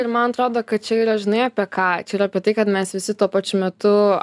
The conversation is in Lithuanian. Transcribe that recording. ir man atrodo kad čia yra žinai apie ką čia yra apie tai kad mes visi tuo pačiu metu